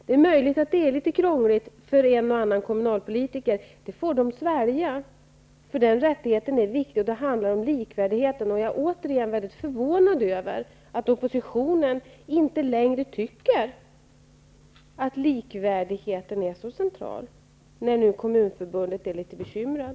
Det är möjligt att det är llitet krångligt för en och annan kommunalpolitiker. Det får de svälja. Den rättigheten är viktig. Det handlar om likvärdigheten. Jag är återigen mycket förvånad över att oppositionen inte längre tycker att likvärdigheten är så central, när Kommunförbundet är litet bekymrat.